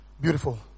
Beautiful